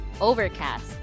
Overcast